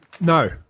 No